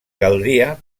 caldria